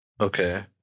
Okay